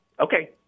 Okay